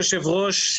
היושב-ראש,